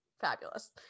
fabulous